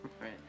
Right